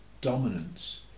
dominance